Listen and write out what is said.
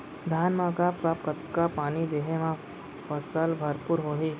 धान मा कब कब कतका पानी देहे मा फसल भरपूर होही?